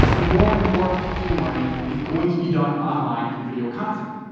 the more and more of teaching and learning is going to be done online through video content.